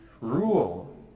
Rule